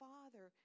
Father